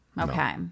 Okay